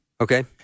Okay